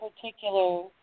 particular